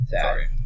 Sorry